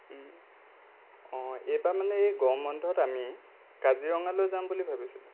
অ এইবাৰ মানে গৰম বন্ধত আমি কাজিৰঙালৈ যাম বুলি ভাবিছিলোঁ